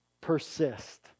persist